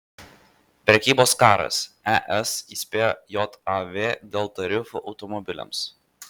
prekybos karas es įspėjo jav dėl tarifų automobiliams